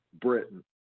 Britain